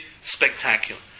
spectacular